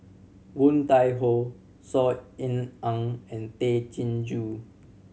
Woon Tai Ho Saw Ean Ang and Tay Chin Joo